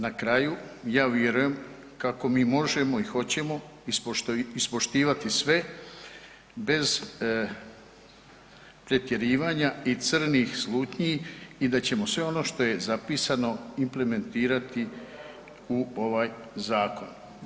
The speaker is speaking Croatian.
Na kraju ja vjerujem kako mi možemo i hoćemo ispoštivati sve bez pretjerivanja i crnih slutnju i da ćemo sve ono što je zapisano implementirati u ovaj zakon.